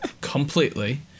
completely